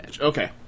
Okay